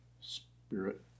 spirit